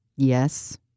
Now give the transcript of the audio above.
Yes